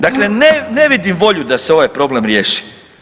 Dakle, ne vidim volju da se ovaj problem riješi.